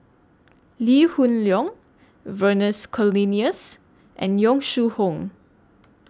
Lee Hoon Leong Vernons Cornelius and Yong Shu Hoong